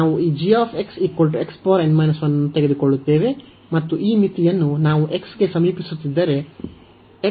ನಾವು ಈ ಅನ್ನು ತೆಗೆದುಕೊಳ್ಳುತ್ತೇವೆ ಮತ್ತು ಈ ಮಿತಿಯನ್ನು x 0 ಗೆ ಸಮೀಪಿಸಿದಾಗ